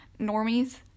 normies